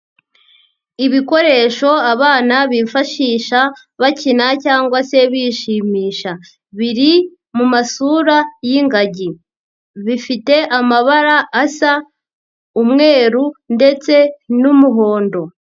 Ibikoresho abana bifashisha bakina cyangwa se bishimisha, biri mu masura y'ingagi, bifite amabara asa umweru ndetse n'umuhondo.